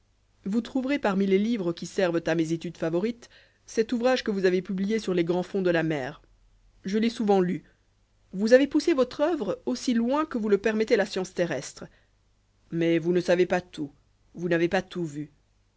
vous trouverez parmi les livres qui servent à mes études favorites cet ouvrage que vous avez publié sur les grands fonds de la mer je l'ai souvent lu vous avez poussé votre oeuvre aussi loin que vous le permettait la science terrestre mais vous ne savez pas tout vous n'avez pas tout vu